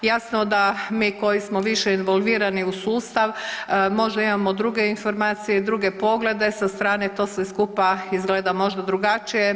Jasno da mi koji smo više involvirani u sustav možda imamo druge informacije i druge poglede, sa strane to sve skupa izgleda možda drugačije.